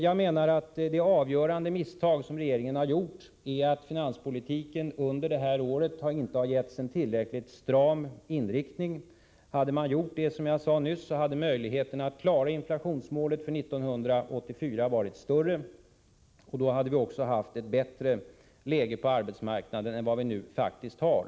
Jag menar att det avgörande misstag som regeringen har gjort är att den inte under detta år har gett finanspolitiken en tillräckligt stram inriktning. Hade regeringen gjort det, skulle möjligheterna att klara inflationsmålet för 1984 ha varit större, och vi hade då också haft ett bättre läge på förbättra den svenska ekonomin förbättra den svenska ekonomin arbetsmarknaden än vi nu faktiskt har.